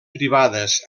privades